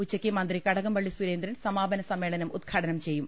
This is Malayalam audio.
ഉച്ചയ്ക്ക് മന്ത്രി കടകംപള്ളി സുരേന്ദ്രൻ സമാ പന സമ്മേളനം ഉദ്ഘാടനം ചെയ്യും